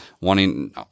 wanting